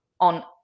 on